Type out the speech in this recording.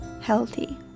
healthy